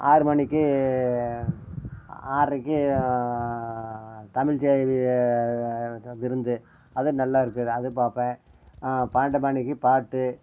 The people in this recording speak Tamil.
ஆறு மணிக்கு ஆ ஆறரைக்கி தமிழ் செய்தி என்னது விருந்து அதுவும் நல்லா இருக்குது அதுவும் பார்ப்பேன் பன்னெண்டு மணிக்கு பாட்டு